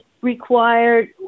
required